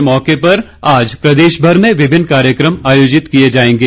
इस मौके पर आज प्रदेशभर में विभिन्न कार्यक्रम आयोजित किए जायेंगे